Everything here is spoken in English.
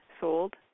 sold